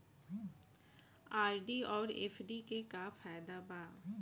RD आउर FD के का फायदा बा?